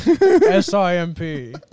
s-i-m-p